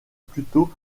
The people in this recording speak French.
plutôt